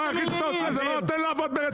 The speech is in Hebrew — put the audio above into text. הדבר יחיד שאתה עושה זה לא לתת לעבוד ברציפים אחרים.